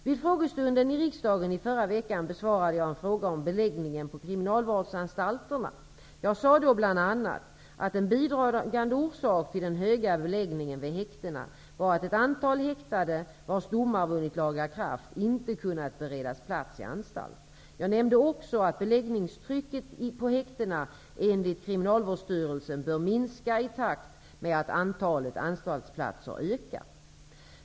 Vid frågestunden i riksdagen i förra veckan besvarade jag en fråga om beläggningen på kriminalvårdsanstalterna m.m. Jag sade bl.a. att en bidragande orsak till den höga beläggningen vid häktena var att ett antal häktade, vars domar vunnit laga kraft, inte kunnat beredas plats i anstalt. Jag nämnde också att beläggningstrycket på häktena, enligt Kriminalvårdsstyrelsen, bör minska i takt med att antalet anstaltsplatser ökar.